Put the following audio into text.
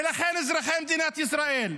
ולכן, אזרחי מדינת ישראל,